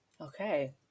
okay